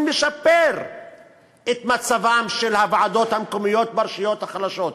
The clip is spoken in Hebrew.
לשפר את מצבן של הוועדות המקומיות ברשויות החלשות,